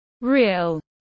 Real